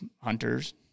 hunters